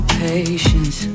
patience